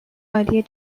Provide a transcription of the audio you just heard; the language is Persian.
عالی